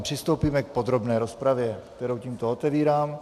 Přistoupíme k podrobné rozpravě, kterou tímto otevírám.